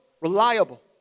reliable